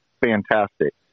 fantastic